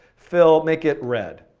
fill, make it red.